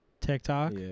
TikTok